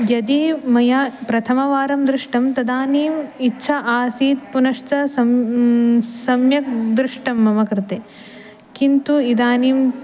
यदि मया प्रथमवारं दृष्टं तदानीम् इच्छा आसीत् पुनश्च सं सम्यक् दृष्टं मम कृते किन्तु इदानीं